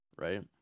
Right